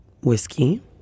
whiskey